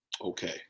Okay